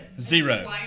Zero